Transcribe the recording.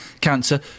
Cancer